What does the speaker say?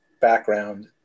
background